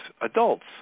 adults